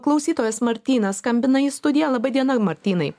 klausytojas martynas skambina į studiją laba diena martynai